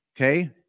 Okay